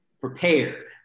prepared